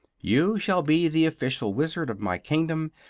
you shall be the official wizard of my kingdom,